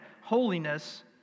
holiness